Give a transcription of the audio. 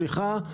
סליחה,